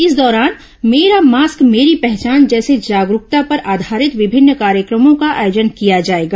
इस दौरान मेरा मास्क मेरी पहचान जैसे जागरूकता पर आधारित विभिन्न कार्यक्रमों का आयोजन किया जाएगा